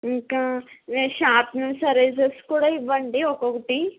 ఇంకా sharpeners erasers కూడా ఇవ్వండి ఒక్కొక్కటి